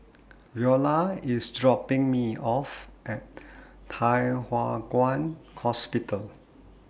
Veola IS dropping Me off At Thye Hua Kwan Hospital